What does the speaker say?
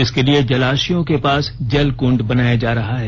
इसके लिए जलाशयों के पास जलकुंड बनाया जा रहा है